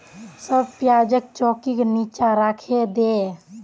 सब प्याजक चौंकीर नीचा राखे दे